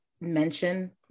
mention